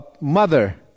mother